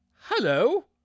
hello